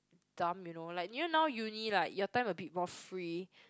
dumb you know like you know now uni right your time a bit more free